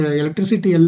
electricity